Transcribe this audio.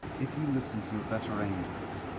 if you listen to your better angels,